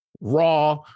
raw